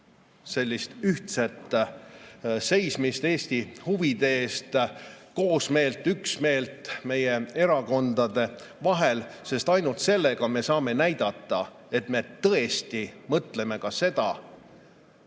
sellist ühtset seismist Eesti huvide eest, koosmeelt, üksmeelt meie erakondade vahel, sest ainult sellega me saame näidata, et me tõesti ka mõtleme seda,